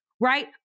Right